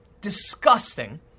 disgusting